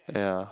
yeah